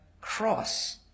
cross